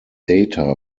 data